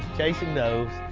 chasing does.